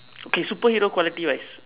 okay superhero quality wise